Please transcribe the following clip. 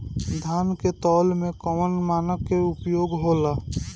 धान के तौल में कवन मानक के प्रयोग हो ला?